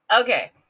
okay